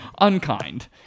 Unkind